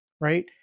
right